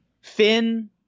Finn